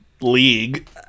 League